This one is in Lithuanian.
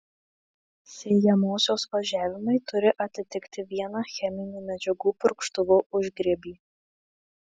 sėjamosios važiavimai turi atitikti vieną cheminių medžiagų purkštuvo užgriebį